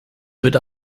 wird